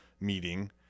meeting